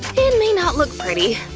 it may not look pretty,